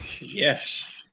yes